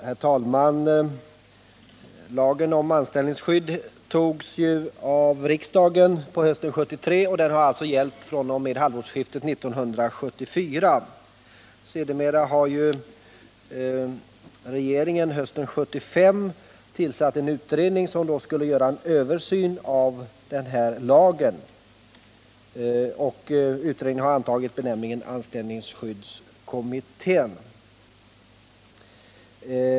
Herr talman! Lagen om anställningsskydd togs av riksdagen hösten 1973 och har alltså gällt från halvårsskiftet 1974. Sedermera har regeringen, hösten 1977, tillsatt en utredning med uppgift att göra en översyn av denna lag. Utredningen har antagit benämningen anställningsskyddskommittén.